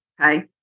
okay